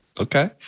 Okay